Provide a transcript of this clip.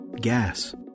gas